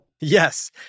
Yes